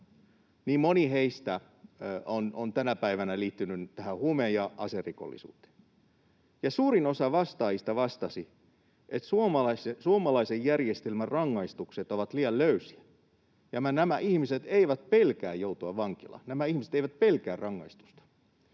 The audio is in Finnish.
niin moni heistä on tänä päivänä liittynyt nyt tähän huume- ja aserikollisuuteen. Suurin osa vastaajista vastasi, että suomalaisen järjestelmän rangaistukset ovat liian löysiä ja nämä ihmiset eivät pelkää joutua vankilaan, nämä ihmiset eivät pelkää rangaistusta.